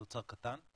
זה אוצר קטן,